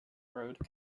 road